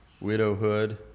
Widowhood